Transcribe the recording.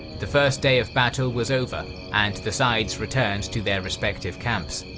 the first day of battle was over and the sides returned to their respective camps.